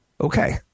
okay